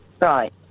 Right